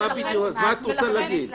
אז מה את רוצה להגיד?